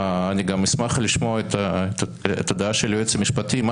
אני אשמח לשמוע את הדעה של היועץ המשפטי מה